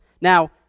Now